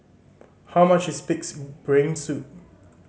how much is Pig's Brain Soup